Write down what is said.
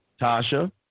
Tasha